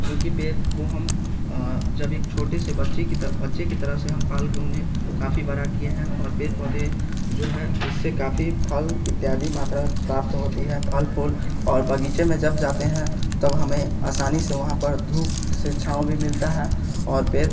क्योंकि पेड़ का हम जब एक छोटे से बच्ची की तरह बच्ची की तरह से हम पाल के उन्हें काफ़ी बड़ा किए हैं और पेड़ पौधे जो है इससे काफ़ी फल इत्यादि मात्रा में प्राप्त होती है फल फूल और बगीचे में जब जाते हैं तब हमें असानी से वहाँ पर धूप से छाँव भी मिलता है और पेड़